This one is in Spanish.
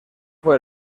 por